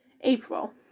April